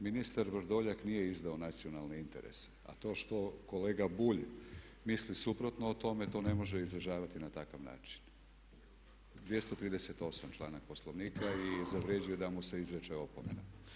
Ministar Vrdoljak nije izdao nacionalni interes a to što kolega Bulj misli suprotno o tome ne može izražavati na takav način, 238 članak Poslovnika i zavređuje da mu se izreče opomena.